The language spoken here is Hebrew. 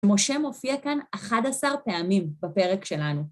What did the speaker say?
משה מופיע כאן 11 פעמים בפרק שלנו.